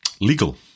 legal